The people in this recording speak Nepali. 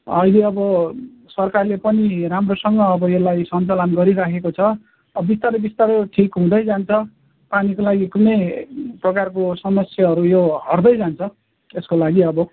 अहिले अब सरकारले पनि राम्रोसँग अब यसलाई सन्चालन गरिरखेको छ अब बिस्तारो बिस्तारो ठिक हुँदै जान्छ पानीको लागि कुनै प्रकारको समस्याहरू यो हट्दै जान्छ यसको लागि अब